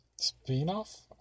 spin-off